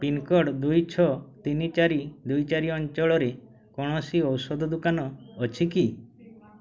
pincode ଦୁଇ ଛଅ ତିନି ଚାରି ଦୁଇ ଚାରି ଅଞ୍ଚଳରେ କୌଣସି ଔଷଧ ଦୋକାନ ଅଛି କି